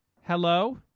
Hello